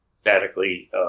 statically